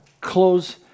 close